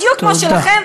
בדיוק כמו שלכם,